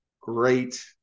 great